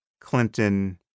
Clinton